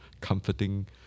comforting